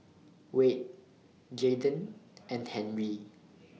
Wayde Jaiden and Henri